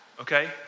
okay